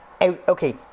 okay